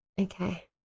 Okay